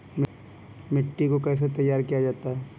मिट्टी को कैसे तैयार किया जाता है?